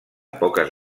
poques